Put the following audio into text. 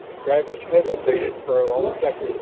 travis hesitated for a long second.